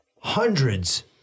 hundreds